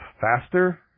faster